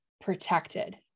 protected